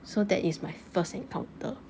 so that is my first encounter